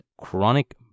chronic